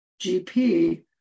GP